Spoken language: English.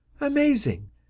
amazing